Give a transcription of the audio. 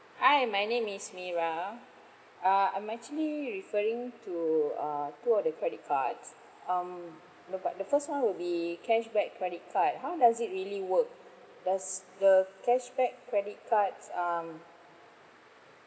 hi my name is mira uh I'm actually referring to uh two of the credit cards um about the first one would be cashback credit card how does it really work does the cashback credit cards um